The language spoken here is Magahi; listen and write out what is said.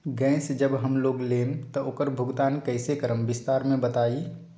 गैस जब हम लोग लेम त उकर भुगतान कइसे करम विस्तार मे बताई?